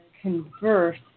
converse